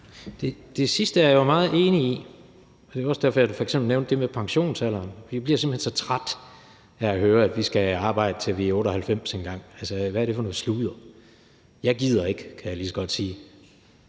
Det sidste er jeg jo meget enig i, og det er også derfor, jeg f.eks. nævnte det med pensionsalderen. Jeg bliver simpelt hen så træt af at høre, at vi skal arbejde, til vi er 98 år – altså, hvad er det for noget sludder. Jeg gider ikke, kan jeg lige så godt sige.